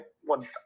one